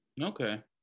Okay